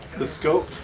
the scope,